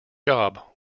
job